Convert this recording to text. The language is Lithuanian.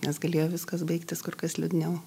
nes galėjo viskas baigtis kur kas liūdniau